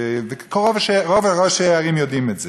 ורוב ראשי הערים יודעים את זה.